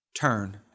turn